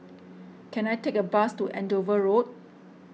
can I take a bus to Andover Road